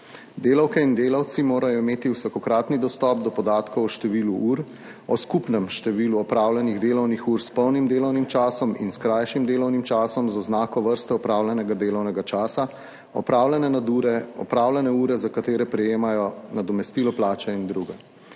Delavke in delavci morajo imeti vsakokratni dostop do podatkov o številu ur, o skupnem številu opravljenih delovnih ur s polnim delovnim časom in s krajšim delovnim časom, z oznako vrste opravljenega delovnega časa, opravljene nadure, opravljene ure, za katere prejemajo nadomestilo plače in druge.